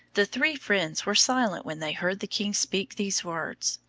the three friends were silent when they heard the king speak these words.